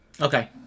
Okay